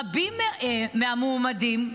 רבים מהמועמדים,